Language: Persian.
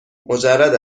مجرد